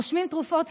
רושמים תרופות,